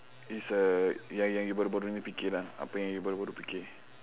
is a yang yang you baru-baru fikir lah apa yang you baru-baru ini fikir